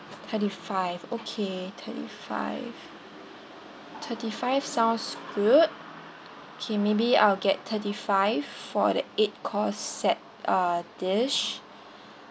thirty five okay thirty five thirty five sounds good okay maybe I'll get thirty five for the eight course set uh dish